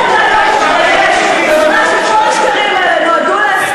השמנת החמיצה מרוב השקרים שלך.